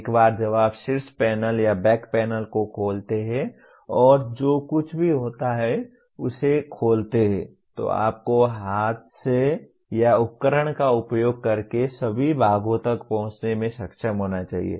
एक बार जब आप शीर्ष पैनल या बैक पैनल को खोलते हैं और जो कुछ भी होता है उसे खोलते हैं तो आपको हाथ से या उपकरण का उपयोग करके सभी भागों तक पहुंचने में सक्षम होना चाहिए